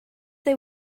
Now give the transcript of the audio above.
they